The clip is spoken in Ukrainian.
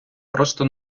просто